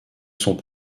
sont